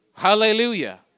Hallelujah